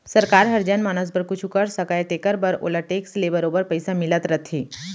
सरकार हर जनमानस बर कुछु कर सकय तेकर बर ओला टेक्स ले बरोबर पइसा मिलत रथे